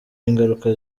ingaruka